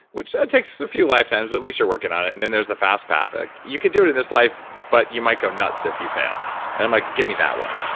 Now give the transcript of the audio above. which ah takes a few lifetimes but at least you're working on it. and then there's the fast path, ah you could do it in this life, but you might go nuts if you fail and i'm like, give me that one.